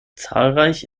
zahlreich